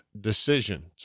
decisions